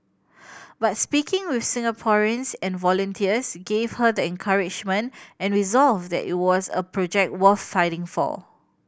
but speaking with Singaporeans and volunteers gave her the encouragement and resolve that it was a project worth fighting for